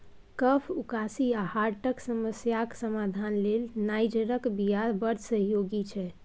कफ, उकासी आ हार्टक समस्याक समाधान लेल नाइजरक बीया बड़ सहयोगी छै